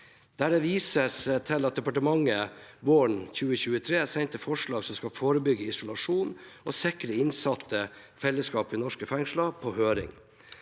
det vises til at departementet våren 2023 sendte forslag som skal forebygge isolasjon og sikre innsatte fellesskap i norske fengsler, på høring.